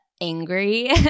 angry